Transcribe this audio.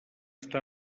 està